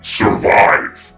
survive